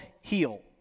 heal